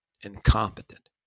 incompetent